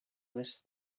was